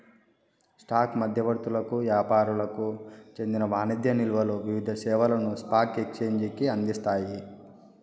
stock మధ్యవర్తులకు యాపారులకు చెందిన వాణిజ్య నిల్వలు వివిధ సేవలను స్పాక్ ఎక్సేంజికి అందిస్తాయి